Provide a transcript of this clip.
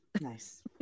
Nice